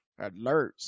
alerts